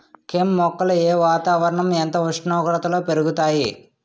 కెమ్ మొక్కలు ఏ వాతావరణం ఎంత ఉష్ణోగ్రతలో పెరుగుతాయి?